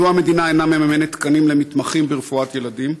3. מדוע המדינה אינה מממנת תקנים למתמחים ברפואת ילדים?